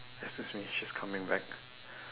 excuse me she's coming back